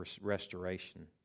restoration